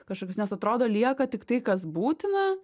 kažkokius nes atrodo lieka tik tai kas būtina